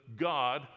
God